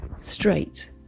straight